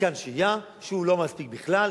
מתקן שהייה שהוא לא מספיק בכלל,